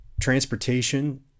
transportation